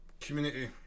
Community